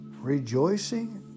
Rejoicing